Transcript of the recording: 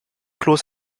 kloß